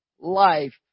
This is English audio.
life